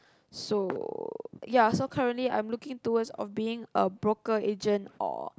so ya so I'm currently looking towards on being a broker agent or